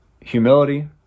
Humility